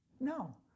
No